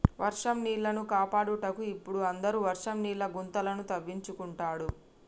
వర్షం నీళ్లను కాపాడుటకు ఇపుడు అందరు వర్షం నీళ్ల గుంతలను తవ్వించుకుంటాండ్రు